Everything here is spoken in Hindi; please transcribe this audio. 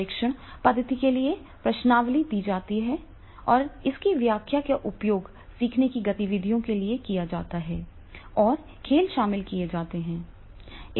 सर्वेक्षण पद्धति के लिए प्रश्नावली दी जाती है और इसकी व्याख्या का उपयोग सीखने की गतिविधियों के लिए किया जाता है और खेल शामिल किए जाते हैं